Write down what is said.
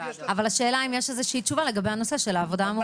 אבל השאלה אם יש איזושהי תשובה לגבי הנושא של העבודה המועדפת.